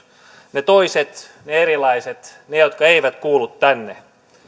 ne toiset ne erilaiset ne jotka eivät kuulu tänne